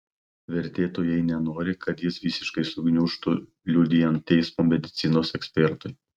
vertėtų jei nenori kad jis visiškai sugniužtų liudijant teismo medicinos ekspertui